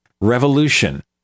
Revolution